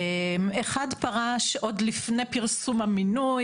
אחד פרש עוד לפני פרסום המינוי,